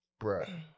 Bruh